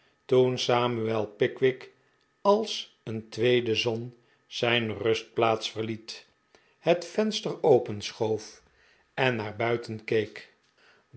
toen samuel pickwick als een tweede zon zijn rustplaats verliet het venster openschoof en naar buiten keek